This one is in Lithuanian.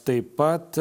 taip pat